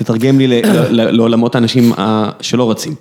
‫שתתרגם לי לעולמות האנשים ‫שלא רצים.